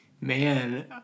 Man